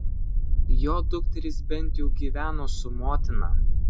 jo dukterys bent jau gyveno su motina